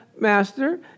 master